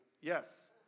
yes